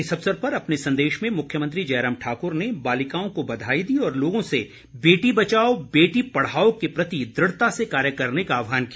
इस अवसर पर अपने संदेश में मुख्यमंत्री जयराम ठाकुर ने बालिकाओं को बधाई दी और लोगों से बेटी बचाओ बेटी पढ़ाओ के प्रति दृढ़ता से कार्य करने का आहवान किया